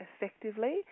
effectively